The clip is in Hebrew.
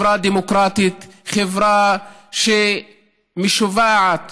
חברה דמוקרטית, חברה שמשוועת